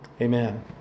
amen